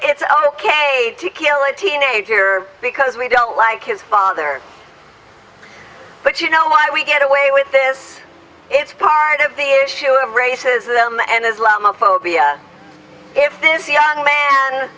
all ok to kill a teenager because we don't like his father but you know why we get away with this it's part of the issue of racism and islamophobia if this young man